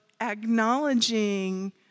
acknowledging